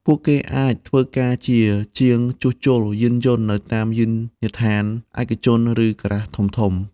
ពួកគេអាចធ្វើការជាជាងជួសជុលយានយន្តនៅតាមយានដ្ឋានឯកជនឬការ៉ាសធំៗ។